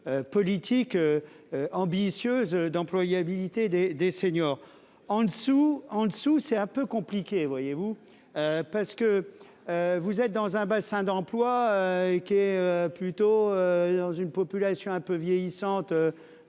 Politique. Ambitieuse d'employabilité des des seniors en dessous, en dessous c'est un peu compliqué, vous voyez-vous. Parce que. Vous êtes dans un bassin d'emploi qui est plutôt dans une population un peu vieillissante.